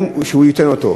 הוא ייתן אותן.